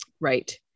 right